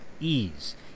ease